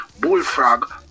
bullfrog